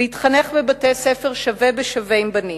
להתחנך בבתי-ספר שווה בשווה עם בנים,